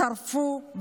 שרפו,